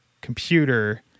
computer